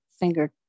finger